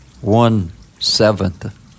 one-seventh